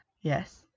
Yes